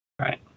right